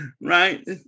right